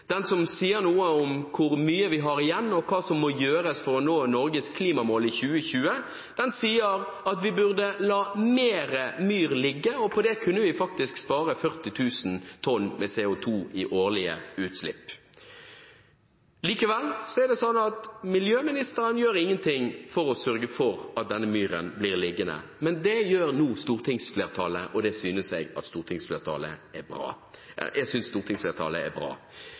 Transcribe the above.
den som sier noe om hvor mye vi har igjen, og hvor mye som må gjøres for å nå Norges klimamål i 2020 – at vi bør la mer myr ligge, og at vi på det faktisk kan spare 40 000 tonn CO2i årlige utslipp. Likevel gjør miljøministeren ingenting for å sørge for at denne myren blir liggende. Men det gjør nå stortingsflertallet, og jeg synes stortingsflertallet er bra.